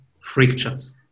frictions